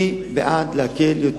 אני בעד להקל,